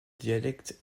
dialectes